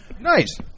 Nice